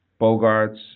Bogarts